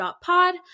Pod